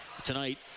Tonight